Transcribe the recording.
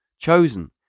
chosen